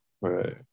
Right